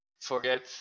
forget